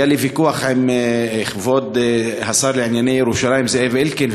היה לי ויכוח עם כבוד השר לענייני ירושלים זאב אלקין,